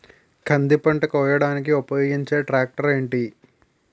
కంది పంట కోయడానికి ఉపయోగించే ట్రాక్టర్ ఏంటి?